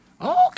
Okay